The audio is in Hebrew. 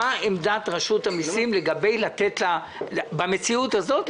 מה עמדת רשות המסים לגבי המציאות הזאת,